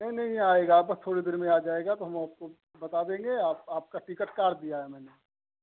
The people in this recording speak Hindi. नहीं नहीं आएगा बस थोड़ी देर में आ जाएगा तो हम आपको बता देंगे आप आपका टिकट काट दिया है मैंने